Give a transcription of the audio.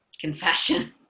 Confession